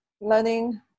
learning